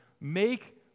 Make